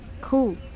Cool